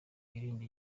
yirinde